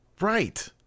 right